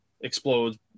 explodes